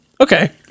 Okay